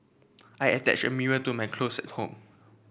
I attached a mirror to my closet home